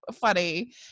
funny